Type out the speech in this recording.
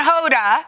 Hoda